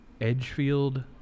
Edgefield